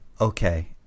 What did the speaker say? Okay